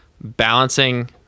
balancing